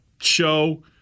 show